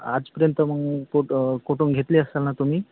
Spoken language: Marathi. आजपर्यंत मग कुठं कोठून घेतली असाल ना तुम्ही